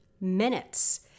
minutes